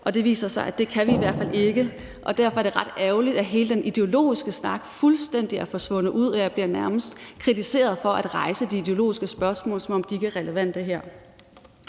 men det viser sig, at det kan vi i hvert fald ikke. Derfor er det ret ærgerligt, at hele den ideologiske snak fuldstændig er forsvundet, og jeg bliver nærmest kritiseret for at rejse de ideologiske spørgsmål, som om de ikke er relevante her.